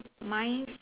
mine